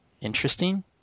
interesting